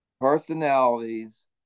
Personalities